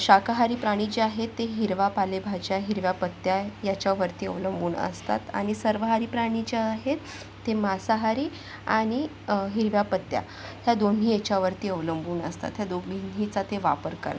शाकाहारी प्राणी जे आहेत ते हिरवा पालेभाज्या हिरव्या पत्त्या याच्यावरती अवलंबून असतात आणि सर्वहारी प्राणी जे आहेत ते मांसाहारी आणि हिरव्या पत्त्या या दोन्ही याच्यावरती अवलंबून असतात या दोघीहींचा ते वापर करतात